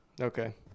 Okay